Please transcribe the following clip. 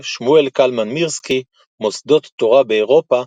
שמואל קלמן מירסקי מוסדות תורה באירופה